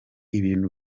ibintu